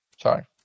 Sorry